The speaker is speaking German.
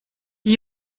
die